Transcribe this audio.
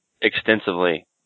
extensively